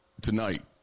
Tonight